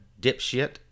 dipshit